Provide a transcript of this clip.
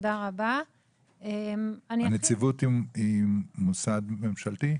הנציבות היא מוסד ממשלתי?